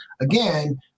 again